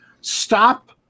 Stop